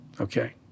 Okay